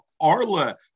Arla